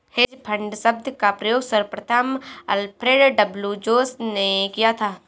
hedge fund शब्द का प्रयोग सर्वप्रथम अल्फ्रेड डब्ल्यू जोंस ने किया था